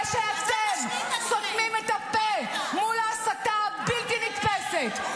שאתם סותמים את הפה מול ההסתה הבלתי-נתפסת,